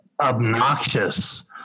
obnoxious